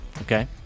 Okay